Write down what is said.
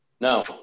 No